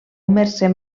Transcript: mercè